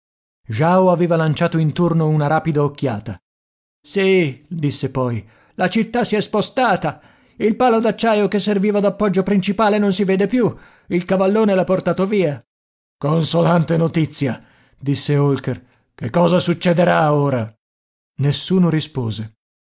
jao aveva lanciato intorno una rapida occhiata sì disse poi la città si è spostata il palo d'acciaio che serviva d'appoggio principale non si vede più il cavallone l'ha portato via consolante notizia disse holker che cosa succederà ora nessuno rispose